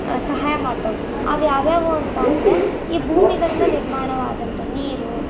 ಸಹಾಯ ಮಾಡ್ತವೆ ಅವು ಯಾವು ಯಾವು ಅಂತ ಅಂದ್ರೆ ಈ ಭೂಮಿಗಳಿಂದ ನಿಮಾರ್ಣವಾದಂತಹ ನೀರು